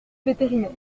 vétérinaire